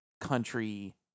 country